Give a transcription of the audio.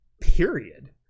period